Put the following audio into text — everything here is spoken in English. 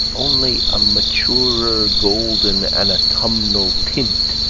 only a maturer golden and autumnal tint,